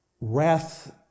wrath